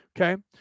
Okay